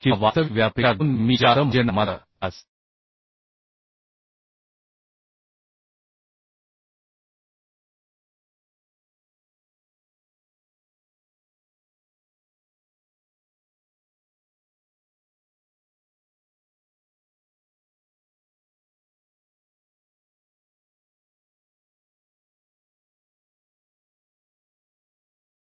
दुसरा संपूर्ण व्यास आहे ज्याचा अर्थ नाममात्र व्यास आणि एकूण व्यास रिवेट व्यासाच्या किंचित जास्त आहे म्हणजे नाममात्र व्यास म्हणजे तो कधीकधी 1